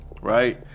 right